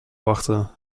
wachten